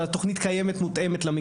התוכנית קיימת, מותאמת למגזר.